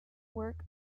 work